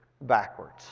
backwards